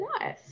nice